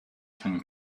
can